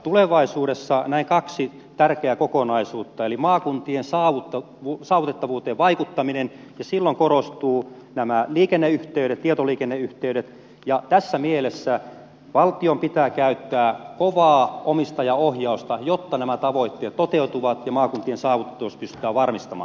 tulevaisuudessa näen kaksi tärkeää kokonaisuutta ensiksi maakuntien saavutettavuuteen vaikuttamisen ja silloin korostuvat nämä liikenneyhteydet tietoliikenneyhteydet ja tässä mielessä valtion pitää käyttää kovaa omistajaohjausta jotta nämä tavoitteet toteutuvat ja maakuntien saavutettavuus pystytään varmistamaan